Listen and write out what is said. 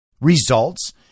results